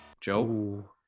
Joe